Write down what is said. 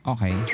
Okay